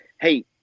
hey